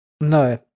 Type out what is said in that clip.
No